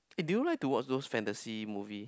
eh do you like to watch those fantasy movie